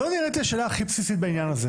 זו נראית לי השאלה הכי בסיסית בעניין הזה.